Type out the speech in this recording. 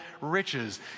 riches